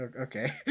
okay